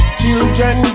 children